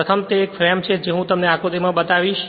પ્રથમ તે એક ફ્રેમ છે જે હું તમને આકૃતિમાં બતાવીશ